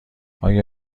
آیا